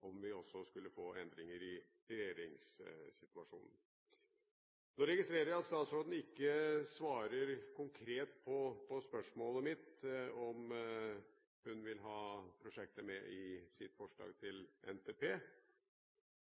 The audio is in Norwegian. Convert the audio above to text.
om vi også skulle få endringer i regjeringssituasjonen. Jeg registrerer at statsråden ikke svarer konkret på spørsmålet mitt om hvorvidt hun vil ha prosjektet med i sitt forslag til NTP.